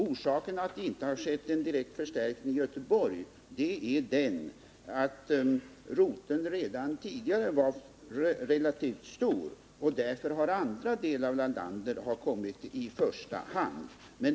Orsaken till att det inte skett någon direkt förstärkning i Göteborg är att roteln redan tidigare var relativt stor och att därför andra delar av landet har kommit i första hand.